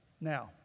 Now